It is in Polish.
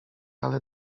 ale